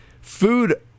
Food